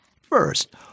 First